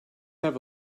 have